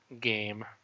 game